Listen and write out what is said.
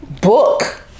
book